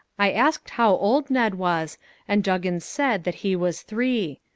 i asked how old ned was and juggins said that he was three.